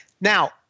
Now